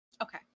Okay